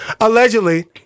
Allegedly